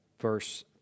verse